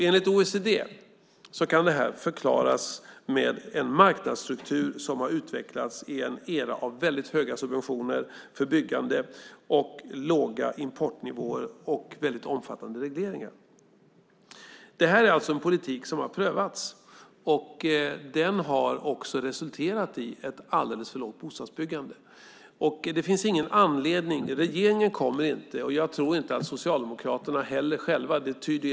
Enligt OECD kan detta förklaras med en marknadsstruktur som har utvecklats i en era av höga subventioner för byggande, låga importnivåer och omfattande regleringar. Det här är alltså en politik som har prövats, och den har resulterat i ett alldeles för lågt bostadsbyggande. Regeringen kommer inte att gå tillbaka till den modellen, och jag tror inte heller att Socialdemokraterna själva kommer att göra det.